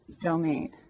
domain